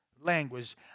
language